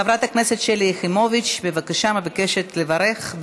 חברת הכנסת שלי יחימוביץ מבקשת לברך.